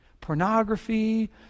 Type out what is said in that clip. pornography